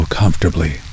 comfortably